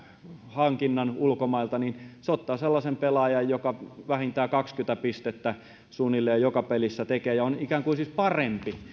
hankinnan ulkomailta niin se ottaa sellaisen pelaajan joka tekee vähintään kaksikymmentä pistettä suunnilleen joka pelissä ja on ikään kuin siis parempi